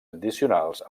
addicionals